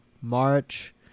March